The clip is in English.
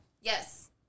Yes